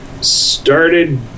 started